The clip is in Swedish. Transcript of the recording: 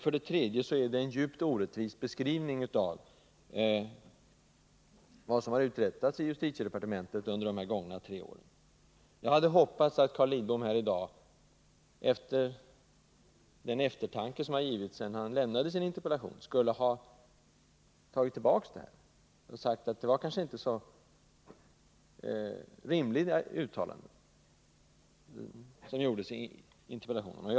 För det tredje är det en djupt orättvis beskrivning av vad som har uträttats i justitiedepartementet under de gångna tre åren. Jag hade hoppats att Carl Lidbom i dag, efter den eftertanke som han haft möjlighet till sedan han lämnade sin interpellation, skulle ha tagit tillbaka de här uttalandena i interpellationen.